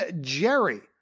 Jerry